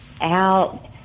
out